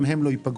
גם הם לא ייפגעו.